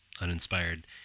uninspired